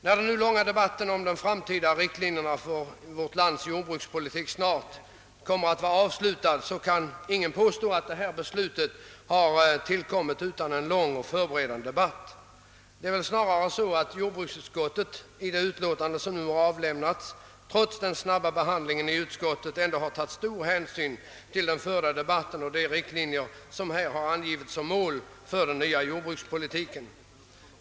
När nu den långa debatten om de framtida riktlinjerna för vårt lands jordbrukspolitik snart är avslutad, kan ingen påstå, att det beslut vi skall fatta tillkommit utan en lång förberedande debatt. Det är väl snarast så att jordbruksutskottet, trots den snabba behandlingen av ärendet, tagit stor hänsyn till den debatt som förts och de riktlinjer som därvid angivits som mål för den nya jordbrukspolitiken.